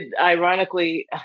Ironically